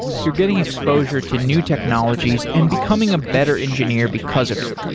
you're getting exposure to new technologies and becoming a better engineer because of it.